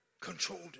controlled